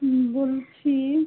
হুম বলছি